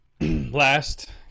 last